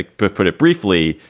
like but put it briefly,